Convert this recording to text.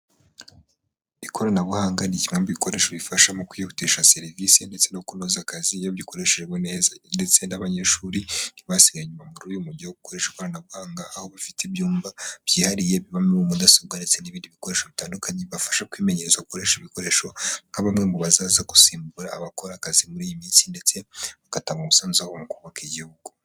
Ikoranabuhanga ni kimwe mu bikoresho bifasha mu kwihutisha serivisi ndetse no kunoza akazi iyo bikoreshejwe neza, ndetse n'abanyeshuri ntibasigaye inyuma muri uyu mujyo wo gukoresha ikoranabuhanga, aho bifite ibyumba byihariye bibamo mudasobwa, ndetse n'ibindi bikoresho bitandukanye, bibafasha kwimenyereza gukoresha ibi bikoresho nka bamwe mu bazaza gusimbura abakora akazi muri iyi minsi, ndetse bagatanga umusanzu wabo mu kubaka igihugu.